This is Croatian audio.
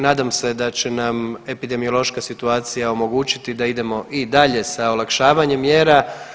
Nadam se da će nam epidemiološka situacija omogućiti da idemo i dalje sa olakšavanjem mjera.